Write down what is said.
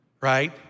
right